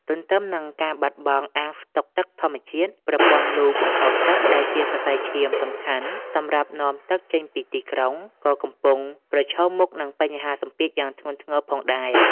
ទន្ទឹមនឹងការបាត់បង់អាងស្តុកទឹកធម្មជាតិ ប្រព័ន្ធលូបង្ហូរទឹកដែលជាសរសៃឈាមសំខាន់សម្រាប់នាំទឹកចេញពីក្រុង ក៏កំពុងប្រឈមមុខនឹងសម្ពាធយ៉ាងធ្ងន់ធ្ងរផងដែរ។